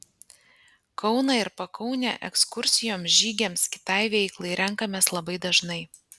kauną ir pakaunę ekskursijoms žygiams kitai veiklai renkamės labai dažnai